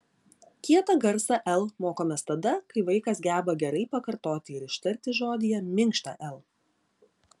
kietą garsą l mokomės tada kai vaikas geba gerai pakartoti ir ištarti žodyje minkštą l